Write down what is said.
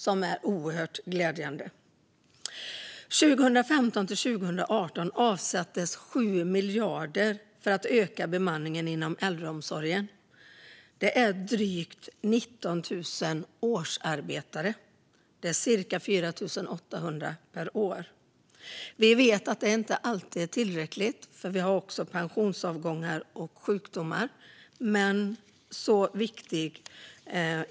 Det är oerhört glädjande. Åren 2015-2018 avsattes 7 miljarder för att öka bemanningen inom äldreomsorgen. Det är drygt 19 000 årsarbetare. Det är cirka 4 800 per år. Vi vet att det inte alltid är tillräckligt eftersom det sker pensionsavgångar och en del är sjuka.